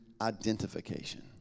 identification